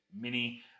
Mini